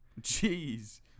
Jeez